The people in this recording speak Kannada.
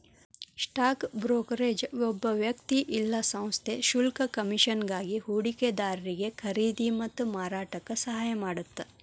ಸ್ಟಾಕ್ ಬ್ರೋಕರೇಜ್ ಒಬ್ಬ ವ್ಯಕ್ತಿ ಇಲ್ಲಾ ಸಂಸ್ಥೆ ಶುಲ್ಕ ಕಮಿಷನ್ಗಾಗಿ ಹೂಡಿಕೆದಾರಿಗಿ ಖರೇದಿ ಮತ್ತ ಮಾರಾಟಕ್ಕ ಸಹಾಯ ಮಾಡತ್ತ